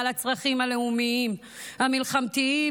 ועל הצרכים הלאומים המלחמתיים,